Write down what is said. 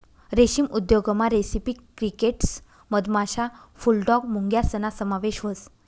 रेशीम उद्योगमा रेसिपी क्रिकेटस मधमाशा, बुलडॉग मुंग्यासना समावेश व्हस